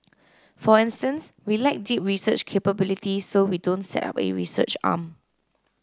for instance we lack deep research capability so we don't set up a research arm